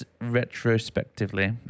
retrospectively